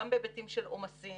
גם בהיבטים של עומסים,